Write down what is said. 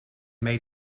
made